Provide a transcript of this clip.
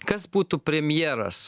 kas būtų premjeras